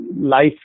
life